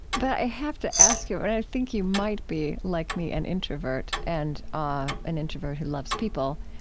but i have to ask you, and i think you might be like me, an introvert, and ah an introvert who loves people,